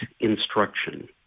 instruction